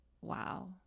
wow